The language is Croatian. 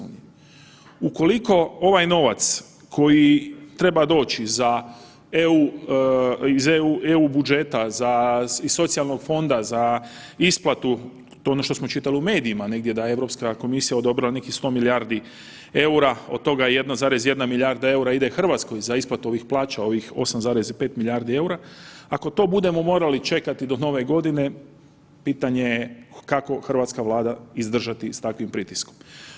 Ukoliko ovaj novac koji treba doći za EU, iz EU budžeta, za, iz socijalnog fonda za isplatu, to je ono što smo čitali u medijima negdje da je Europska komisija odobrila nekih 100 milijardi EUR-a, od toga je 1,1 milijarda EUR-a ide RH za isplatu ovih plaća, ovih 8,5 milijardi EUR-a, ako to budemo morali čekati do Nove Godine pitanje je kako hrvatska Vlada izdržati s takvim pritiskom.